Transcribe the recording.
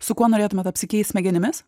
su kuo norėtumėt apsikeist smegenimis